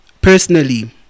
personally